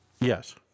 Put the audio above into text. Yes